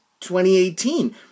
2018